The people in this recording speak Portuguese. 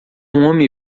homem